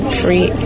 free